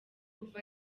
kuva